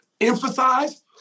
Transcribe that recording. emphasize